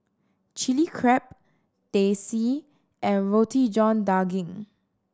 Chilli Crab Teh C and Roti John Daging